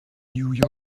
new